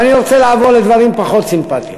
אבל אני רוצה לעבור לדברים פחות סימפתיים.